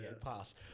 pass